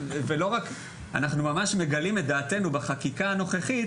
אנחנו ממש מגלים את דעתנו, בחקיקה הנוכחית,